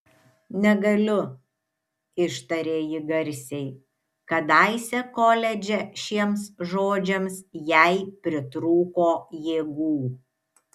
negaliu ištarė ji garsiai kadaise koledže šiems žodžiams jai pritrūko jėgų